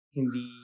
hindi